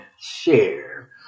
share